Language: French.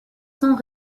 sans